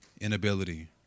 inability